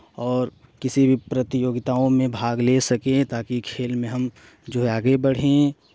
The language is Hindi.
और किसी भी प्रतियोगिताओं में भाग ले सकें ताकि खेल में हम जो है आगे बढ़ें